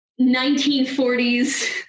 1940s